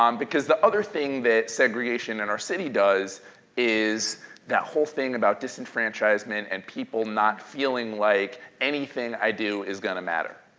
um because the other thing that segregation in our city does is that whole thing about disenfranchisement, and people not feeling like anything i do is going to matter.